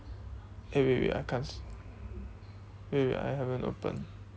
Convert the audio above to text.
eh wait wait I can't see wait wait I haven't open